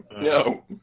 No